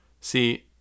See